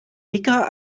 dicker